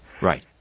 right